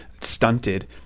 stunted